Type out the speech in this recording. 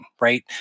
right